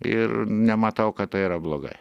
ir nematau kad tai yra blogai